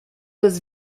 las